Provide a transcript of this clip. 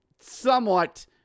somewhat